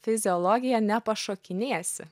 fiziologiją nepašokinėsi